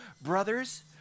Brothers